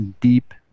deep